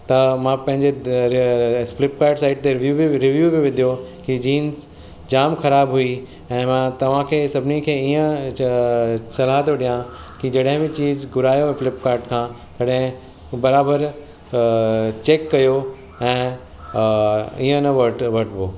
त मां पंहिंजे फ्लिपकाट साइट ते वियू रिव्यू बि विधो की जीन्स जाम ख़राबु हुई ऐं मां तव्हांखे सभिनी खे ईअं सलाह थो ॾियां की जडहिं बि चीज़ घुरायो फ्लिपकाट खां तॾहिं बराबरि चैक कयो ऐं ईंअ न वठो वठिबो